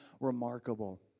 remarkable